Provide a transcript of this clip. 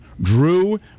Drew